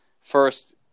first